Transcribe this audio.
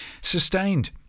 sustained